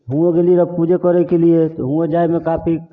हुओँ गेलिए रहै पूजे करैकेलिए हुओँ जाइमे काफी